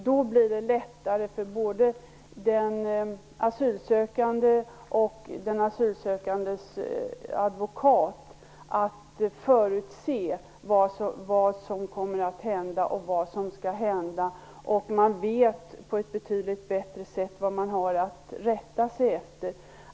Då blir det lättare för både den asylsökande och den asylsökandes advokat att förutse vad som kommer att hända. Man vet då på ett betydligt bättre sätt vad man har att rätta sig efter.